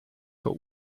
but